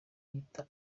bita